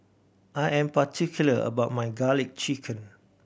I am particular about my Garlic Chicken